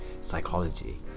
psychology